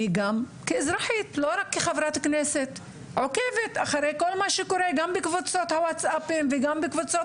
כאזרחית שעוקבת אחרי כל מה שקורה בקבוצות הווטסאפים ובקבוצות